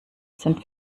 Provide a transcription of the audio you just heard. sind